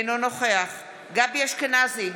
אינו נוכח גבי אשכנזי,